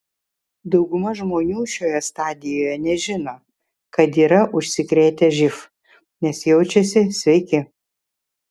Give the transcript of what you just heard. dauguma žmonių šioje stadijoje nežino kad yra užsikrėtę živ nes jaučiasi sveiki